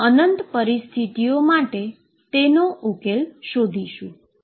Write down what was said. અનંત પરિસ્થિતિ માટે ઉકેલો શોધીશું